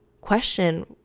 question